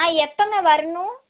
ஆ எப்போங்க வரணும்